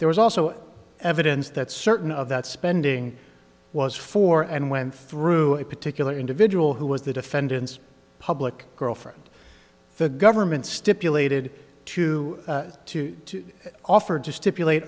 there was also evidence that certain of that spending was for and went through a particular individual who was the defendant's public girlfriend the government stipulated to two offered to stipulate